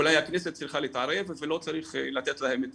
אולי הכנסת צריכה להתערב ולא צריך לתת להם את